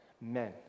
Men